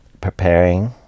preparing